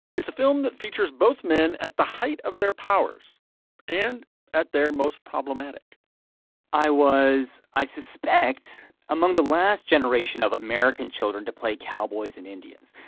it's a film that features both men at the height of their powers and at their most problematic i was i suspect among the last generation of american children to play cowboys and indians.